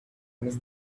miss